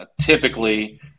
typically